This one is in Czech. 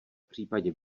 případě